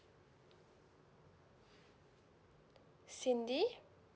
cindy